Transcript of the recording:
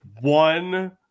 one